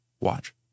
Watch